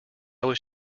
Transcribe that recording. was